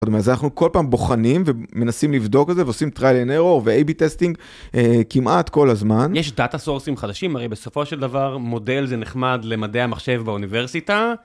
זאת אומרת, אנחנו כל פעם בוחנים ומנסים לבדוק את זה ועושים trail and error ו-AB testing כמעט כל הזמן. - יש דאטה סורסים חדשים? הרי בסופו של דבר מודל זה נחמד למדעי המחשב באוניברסיטה.